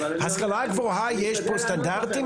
בהשכלה הגבוהה יש סטנדרטים,